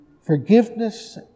forgiveness